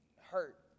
hurt